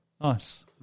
Nice